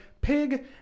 pig